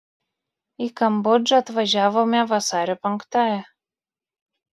į kambodžą atvažiavome vasario penktąją